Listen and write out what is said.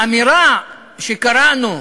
האמירה שקראנו,